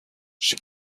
she